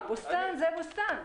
אה, בוסתן זה בוסתן.